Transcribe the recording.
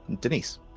denise